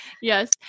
Yes